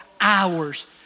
hours